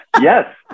yes